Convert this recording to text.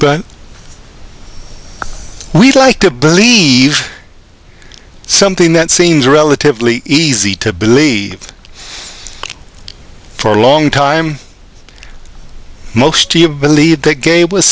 but we'd like to believe something that seems relatively easy to believe for a long time most to have believed that gabe was